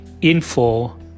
info